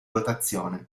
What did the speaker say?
rotazione